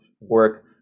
work